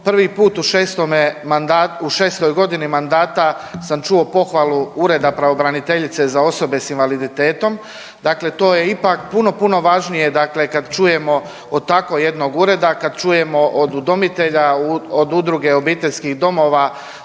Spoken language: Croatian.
Prvi put u šestoj godini mandata sam čuo pohvalu Ureda pravobraniteljice za osobe sa invaliditetom. Dakle, to je ipak puno, puno važnije dakle kad čujemo od tako jednog ureda kad čujemo od udomitelja, od Udruge obiteljskih domova